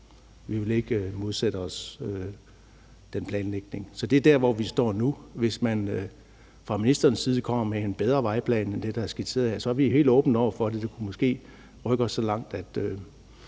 Vi vil ikke modsætte os den planlægning. Det er der, hvor vi står nu. Men hvis man fra ministerens side kommer med en bedre vejplan end den, der er skitseret her, så er vi helt åbne over for det. Vi kan måske rykke os så langt, at